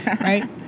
Right